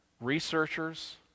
researchers